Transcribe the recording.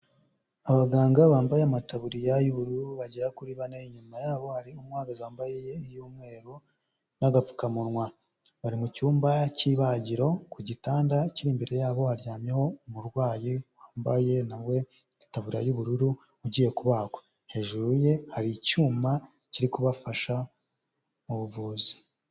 Abaganga bambaye amataburiya y'ubururu bagera kuri bane, inyuma yaho hari umuganga wambaye iy'umweru n'agapfukamunwa, bari mu cyumba cy'ibagiro, ku gitanda kiri imbere yabo haryamyeho umurwayi, wambaye nawe itaburiya y'ubururu ugiye kubagwa, hejuru ye hari icyuma kiri kubafasha mu buvuzi.